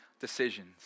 decisions